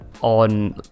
on